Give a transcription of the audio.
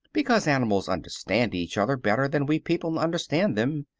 because animals understand each other better than we people understand them.